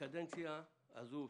בקדנציה הזו,